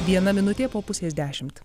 viena minutė po pusės dešimt